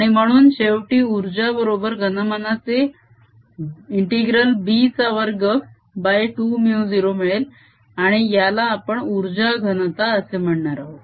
आणि म्हणून शेवटी उर्जा बरोबर घनमानाचे ∫Bचा वर्ग 2μ0 मिळेल आणि याला आपण उर्जा घनता असे म्हणणार आहोत